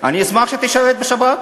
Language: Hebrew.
אני אשמח שתשרת בשב"כ.